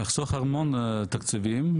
יחסוך המון תקציבים.